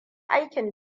aikin